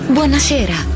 Buonasera